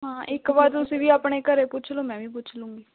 ਹਾਂ ਇੱਕ ਵਾਰ ਤੁਸੀਂ ਵੀ ਆਪਣੇ ਘਰ ਪੁੱਛ ਲਉ ਮੈਂ ਵੀ ਪੁੱਛ ਲੂੰਗੀ